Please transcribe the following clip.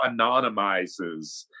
anonymizes